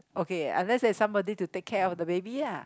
okay unless has somebody to take care of the baby lah